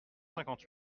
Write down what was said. cinquante